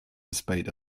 spite